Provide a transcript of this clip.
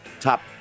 top